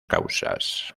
causas